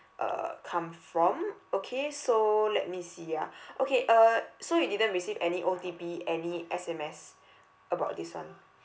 uh come from okay so let me see ah okay uh so you didn't receive any O_T_P any S_M_S about this [one]